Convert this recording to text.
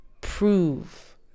prove